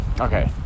Okay